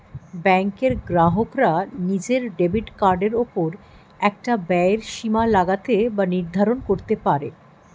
ব্যাঙ্কের গ্রাহকরা নিজের ডেবিট কার্ডের ওপর একটা ব্যয়ের সীমা লাগাতে বা নির্ধারণ করতে পারে